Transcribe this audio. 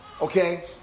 Okay